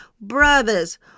brothers